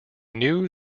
knew